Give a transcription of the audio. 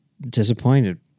disappointed